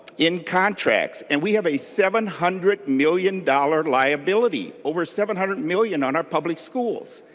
in contracts. and we have a seven hundred million dollars liability over seven hundred million on our public schools.